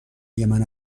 یمن